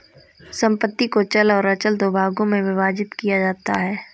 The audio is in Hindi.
संपत्ति को चल और अचल दो भागों में विभक्त किया जाता है